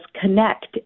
connect